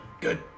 good